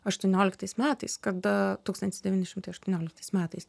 aštuonioliktais metais kada tūkstantis devyni šimtai aštuonioliktais metais